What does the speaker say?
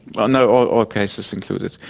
ah no, all all cases included.